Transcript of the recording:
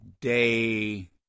day